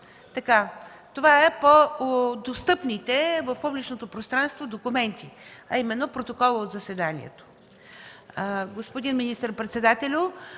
Това е по достъпните в публичното пространство документи, а именно протокола от заседанието.